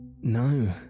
No